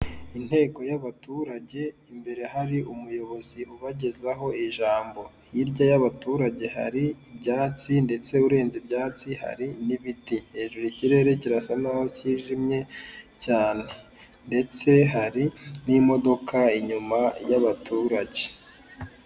Inteko y'abaturage imbere hari umuyobozi ubagezaho ijambo, hirya y'abaturage hari ibyatsi ndetse urenze ibyatsi hari n'ibi, hejuru ikirere kirasa naho kijimye cyane ndetse hari n'imodoka inyuma y'abaturage.